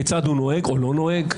כיצד הוא נוהג או לא נוהג.